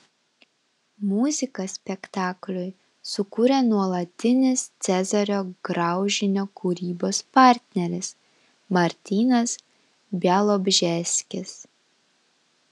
muziką spektakliui sukūrė nuolatinis cezario graužinio kūrybos partneris martynas bialobžeskis